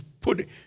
put